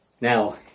Now